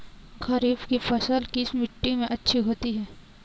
खरीफ की फसल किस मिट्टी में अच्छी होती है?